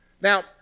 Now